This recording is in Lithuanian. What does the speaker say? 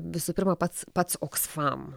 visų pirma pats pats oksfam